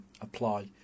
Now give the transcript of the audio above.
apply